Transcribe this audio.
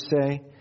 say